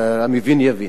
והמבין יבין.